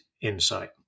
insight